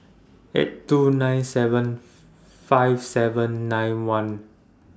eight two nine seven five seven nine one